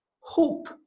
hope